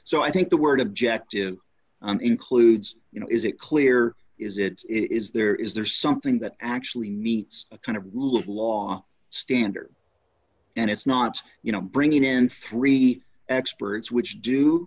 so i think the word objective and includes you know is it clear is it is there is there something that actually meets a kind of rule of law standard and it's not you know bringing in three experts which do